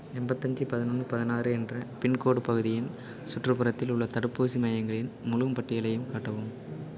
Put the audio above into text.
எண்பத்தஞ்சி பதினொன்று பதினாறு என்ற பின்கோடு பகுதியின் சுற்றுப்புறத்தில் உள்ள தடுப்பூசி மையங்களின் முழும் பட்டியலையும் காட்டவும்